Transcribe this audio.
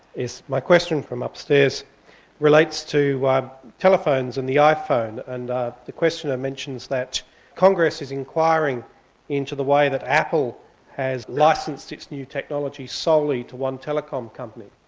my question from upstairs relates to telephones and the iphone, and ah the questioner mentions that congress is inquiring into the way that apple has licensed its new technology solely to one telecom company,